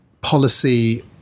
policy